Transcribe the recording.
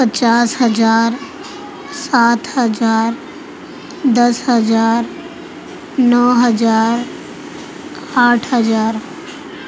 پچاس ہزار سات ہزار دس ہزار نو ہزار آٹھ ہزار